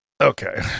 Okay